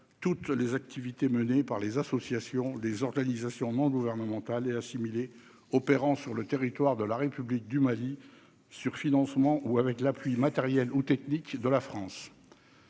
toutes les activités menées par les associations, les organisations non gouvernementales et assimilées opérant sur le territoire de la République du Mali, sur financement ou avec l'appui matériel ou technique de la France